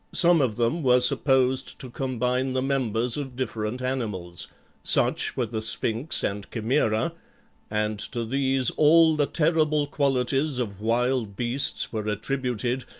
some of them were supposed to combine the members of different animals such were the sphinx and chimaera and to these all the terrible qualities of wild beasts were attributed,